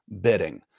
bidding